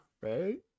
right